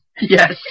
Yes